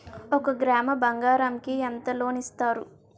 ఒక గ్రాము బంగారం కి ఎంత లోన్ ఇస్తారు?